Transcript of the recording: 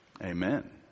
Amen